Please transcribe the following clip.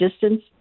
distance